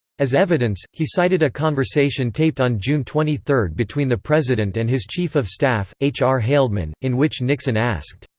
as evidence, he cited a conversation taped on june twenty three between the president and his chief of staff, h. r. haldeman, in which nixon asked,